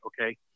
okay